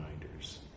reminders